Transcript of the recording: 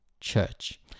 church